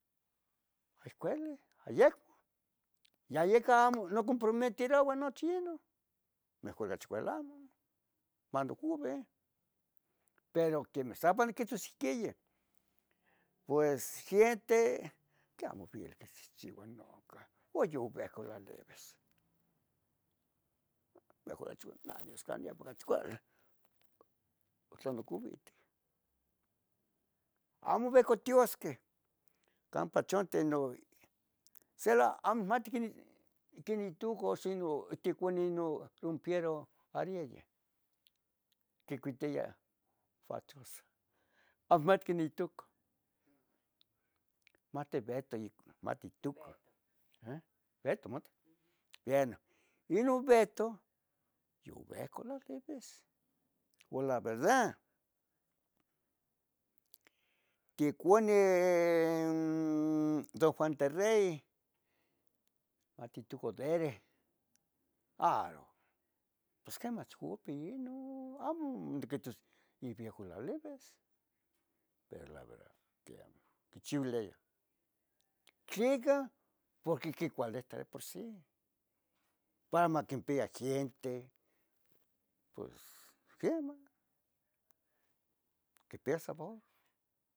aihcueli, ayecmo, ya yica amo comprumeteruoa noche yenon, mejor ocachi cuali amo una oc uve. Pero quemeh sa para niquihtos ihquiyih, pues yente quih amo vili quichihchiva noncan o yoven tlalivis, mejor cachi vali, na Dios mejor cachi vali tlen mocovitin. Amo vehca tiosquih campa chonti nochi se la amo inmati queni itucu xino ticunino ticurumpiero arieye, quicuitia fachos amo inmati quen ituca mate Beto, mate ituca eh, Beto, Beto mate. Veno inon Beto yovehco tlalivis uan la verda, tiecune don Juan Terrey mati tujudereh aro, pos quemach upa inon amo tiquehtos yi viejo tlalivis, pero la verda quiemah quicheuileah, ¿tleca? porque quicualitah de por sì, para maquimpia gente pos quemah quepia sabor.